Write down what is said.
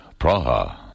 Praha